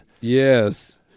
yes